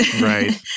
Right